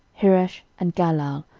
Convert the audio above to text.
heresh, and galal,